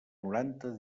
noranta